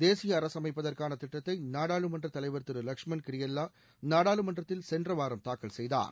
தேசிய அரசு அமைப்பதற்கான திட்டத்தை நாடாளுமன்றத் தலைவர் திரு வட்சுமண் கிரியெல்லா நாடாளுமன்றத்தில் சென்ற வாரம் தாக்கல் செய்தார்